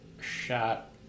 shot